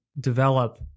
develop